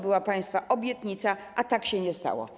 Była państwa obietnica, a tak się nie stało.